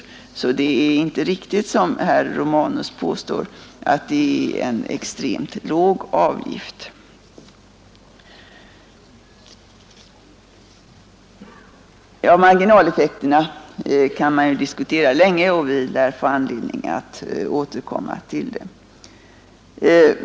Så det är inte riktigt, som herr Romanus påstår, att det är en extremt låg avgift. Marginaleffekterna kan man ju diskutera länge, och vi lär få anledning att återkomma till dem.